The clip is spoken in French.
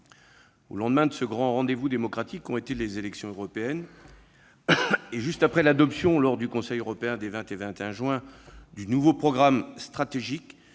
au lendemain de ce grand rendez-vous démocratique qu'ont été les élections européennes, et juste après l'adoption lors du Conseil européen des 20 et 21 juin du nouveau programme stratégique,